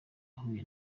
yahuye